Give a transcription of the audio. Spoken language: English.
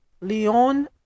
Leon